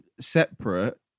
separate